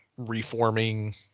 reforming